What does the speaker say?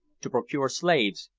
to procure slaves,